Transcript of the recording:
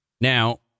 Now